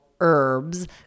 herbs